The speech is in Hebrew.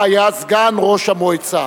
שבה היה סגן ראש המועצה.